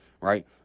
right